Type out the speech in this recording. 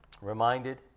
reminded